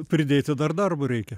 pridėti dar darbo reikia